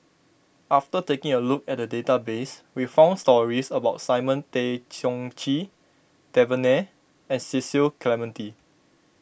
after taking a look at the database we found stories about Simon Tay Seong Chee Devan Nair and Cecil Clementi